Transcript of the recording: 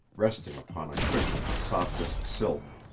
resting upon a cushion of softest silk.